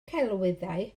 celwyddau